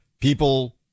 People